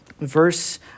Verse